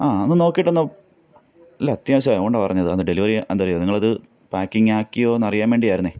ആ ഒന്ന് നോക്കിയിട്ടൊന്ന് അല്ല അത്യാവശ്യമാണ് അതുകൊണ്ടാണ് പറഞ്ഞത് അതൊന്ന് ഡെലിവർ ചെയ്യാൻ അതെന്താണെന്നറിയുമോ നിങ്ങളത് പാക്കിങ്ങാക്കിയോ എന്നറിയാന് വേണ്ടിയായിരുന്നു